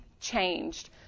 changed